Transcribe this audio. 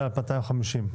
היה 250 שקלים.